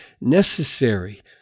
necessary